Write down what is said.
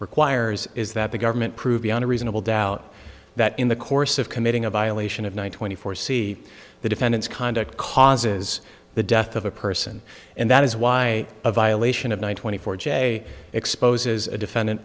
requires is that the government prove beyond a reasonable doubt that in the course of committing a violation of one twenty four c the defendant's conduct causes the death of a person and that is why a violation of one twenty four j exposes a defendant